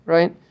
Right